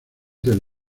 del